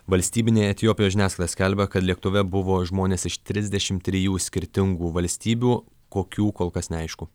valstybinė etiopijos žiniasklaida skelbia kad lėktuve buvo žmonės iš trisdešimt trijų skirtingų valstybių kokių kol kas neaišku